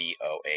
boa